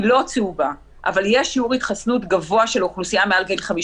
היא לא צהובה אבל יש שיעור התחסנות גבוה של האוכלוסייה מעל גיל 50